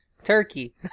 turkey